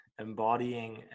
embodying